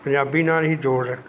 ਪੰਜਾਬੀ ਨਾਲ ਹੀ ਜੋੜ